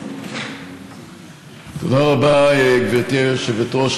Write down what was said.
תודה רבה, גברתי היושבת-ראש.